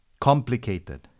Complicated